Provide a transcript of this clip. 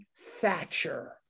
Thatcher